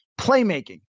playmaking